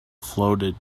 floated